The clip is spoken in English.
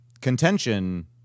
contention